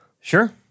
Sure